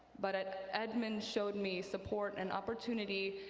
but edmonds showed me support and opportunity,